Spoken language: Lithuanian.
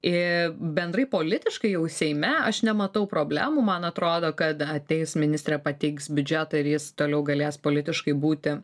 i bendrai politiškai jau seime aš nematau problemų man atrodo kad ateis ministrė pateiks biudžetą ir jis toliau galės politiškai būti